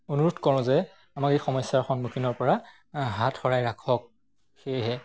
অনুৰোধ কৰোঁ যে আমাক এই সমস্যাৰ সন্মুখীনৰ পৰা হাতসৰাই ৰাখক সেয়েহে